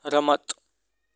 રમત